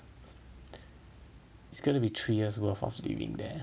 it's going to be three years' worth of living there